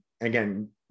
again